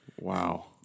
Wow